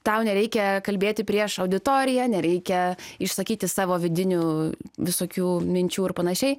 tau nereikia kalbėti prieš auditoriją nereikia išsakyti savo vidinių visokių minčių ir panašiai